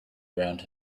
around